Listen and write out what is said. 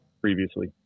previously